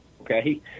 Okay